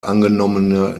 angenommene